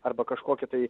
arba kažkokią tai